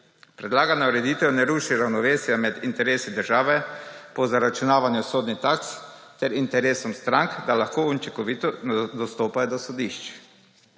Predlagana ureditev ne ruši ravnovesja med interesi države po zaračunavanju sodnih taks ter interesom strank, da lahko učinkovito dostopajo do sodišč.